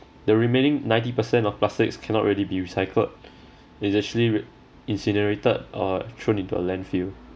the remaining ninety percent of plastics cannot really be recycled it actually re~ incinerated or thrown into a landfill